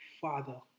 Father